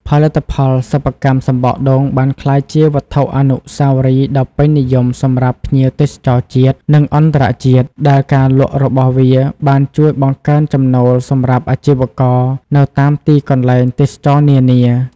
ផលិតផលសិប្បកម្មសំបកដូងបានក្លាយជាវត្ថុអនុស្សាវរីយ៍ដ៏ពេញនិយមសម្រាប់ភ្ញៀវទេសចរណ៍ជាតិ និងអន្តរជាតិ ដែលការលក់របស់វាបានជួយបង្កើនចំណូលសម្រាប់អាជីវករនៅតាមទីកន្លែងទេសចរណ៍នានា។